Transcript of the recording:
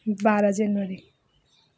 बाह्र जनवरी